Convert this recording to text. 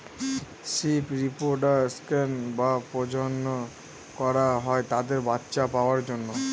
sheep reproduction বা প্রজনন করা হয় তাদের বাচ্চা পাওয়ার জন্য